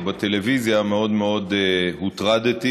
בטלוויזיה, מאוד מאוד הוטרדתי